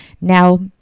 Now